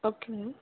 okay ma'am